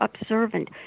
observant